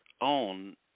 own